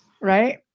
right